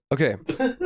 Okay